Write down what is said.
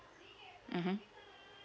mmhmm